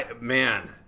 Man